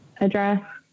address